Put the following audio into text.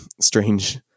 strange